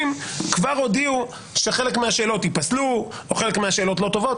כבר הודיעו שחלק מהשאלות ייפסלו או חלקן לא טובות.